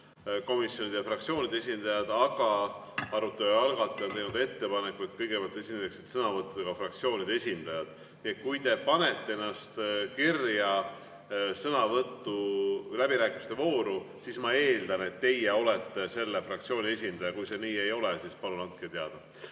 komisjonide ja fraktsioonide esindajad, aga arutelu algataja on teinud ettepaneku, et kõigepealt esineksid sõnavõttudega fraktsioonide esindajad. Kui te panete ennast kirja läbirääkimiste vooru, siis ma eeldan, et teie olete selle fraktsiooni esindaja. Kui see nii ei ole, siis palun andke teada. Avan